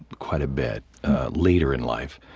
quite a bit later in life.